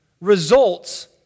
results